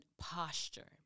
posture